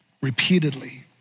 repeatedly